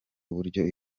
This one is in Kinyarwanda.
uburyo